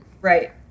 Right